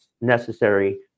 necessary